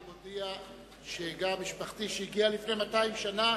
אני מודיע שגם משפחתי שהגיעה לפני 200 שנה,